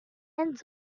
and